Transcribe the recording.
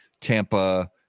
Tampa